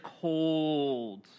cold